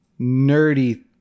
nerdy